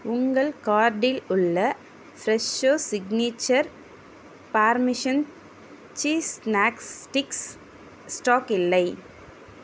உங்கள் கார்ட்டில் உள்ள Fresho signature parmesan cheese snack sticks stock இல்லை